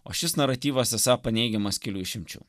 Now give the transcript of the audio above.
o šis naratyvas esą paneigiamas kelių išimčių